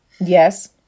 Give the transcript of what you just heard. Yes